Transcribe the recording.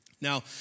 Now